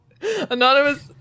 anonymous